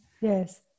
Yes